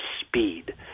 speed